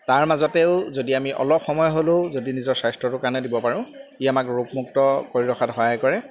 তাৰ মাজতেও যদি আমি অলপ সময় হ'লেও যদি নিজৰ স্বাস্থ্যটোৰ কাৰণে দিব পাৰোঁ ই আমাক ৰোগমুক্ত কৰি ৰখাত সহায় কৰে